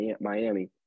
Miami